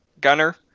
Gunner